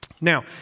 now